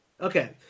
Okay